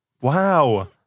Wow